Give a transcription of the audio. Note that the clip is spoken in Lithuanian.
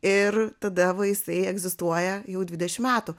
ir tada va jisai egzistuoja jau dvidešimt metų